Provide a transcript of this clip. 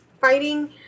fighting